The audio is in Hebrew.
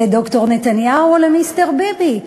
לדוקטור נתניהו או למיסטר ביבי,